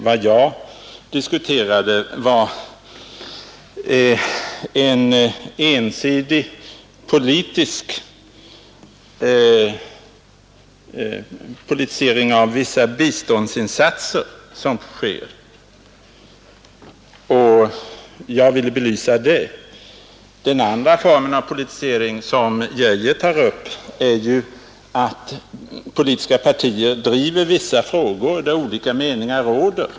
Vad jag diskuterade var den ensidiga politisering av vissa biståndsinsatser som görs; det var den jag ville belysa. Den andra formen av politisering, som herr Geijer tar upp, är att politiska partier driver vissa frågor där olika meningar råder.